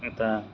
এটা